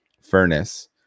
Furnace